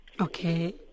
Okay